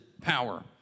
power